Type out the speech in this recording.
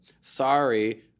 Sorry